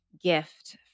gift